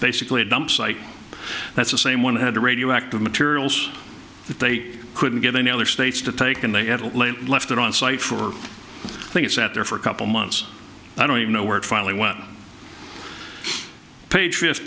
basically a dump site that's the same one had a radioactive materials that they couldn't get any other states to take and they had left it on site for things sat there for a couple months i don't even know where it finally went patri